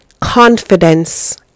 Confidence